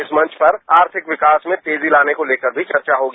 इस मंच पर आर्थिक विकास में तेजी लाने को लेकर भी चर्चा होगी